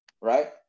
right